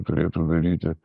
turėtų daryti